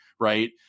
right